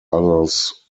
others